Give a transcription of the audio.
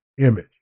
image